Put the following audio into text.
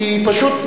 כי פשוט,